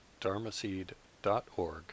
dharmaseed.org